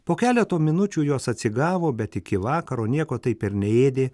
po keleto minučių jos atsigavo bet iki vakaro nieko taip ir neėdė